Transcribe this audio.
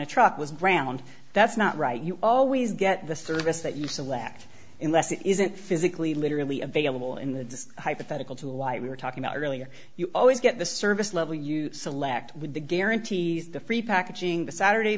a truck was ground that's not right you always get the service that you select unless it isn't physically literally available in the hypothetical to why we were talking about earlier you always get the service level you select with the guarantees the free packaging the saturday